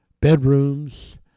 bedrooms